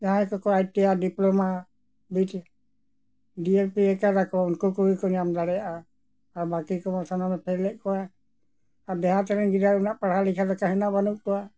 ᱡᱟᱦᱟᱸᱭ ᱠᱚᱠᱚ I T I diploma BTech ᱟᱠᱟᱫᱟ ᱠᱚ ᱩᱱᱠᱩ ᱠᱚᱜᱮ ᱠᱚ ᱧᱟᱢ ᱫᱟᱲᱮᱭᱟᱜᱼᱟ ᱟᱨ ᱵᱟᱹᱠᱤ ᱠᱚᱢᱟ ᱥᱟᱱᱟᱢᱮ ᱯᱷᱮᱞᱮᱫ ᱠᱚᱣᱟ ᱟᱨ ᱰᱤᱦᱟᱹᱛ ᱨᱮᱱ ᱜᱤᱫᱽᱨᱟᱹ ᱩᱱᱟᱹᱜ ᱯᱟᱲᱦᱟᱣ ᱞᱮᱠᱷᱟ ᱞᱮᱠᱟ ᱵᱟᱹᱱᱩᱜ ᱠᱚᱣᱟ